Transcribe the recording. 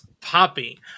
Poppy